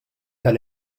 tal